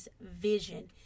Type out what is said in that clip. vision